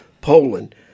Poland